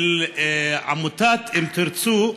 של עמותת אם תרצו.